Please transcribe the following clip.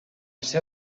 ser